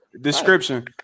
description